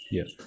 Yes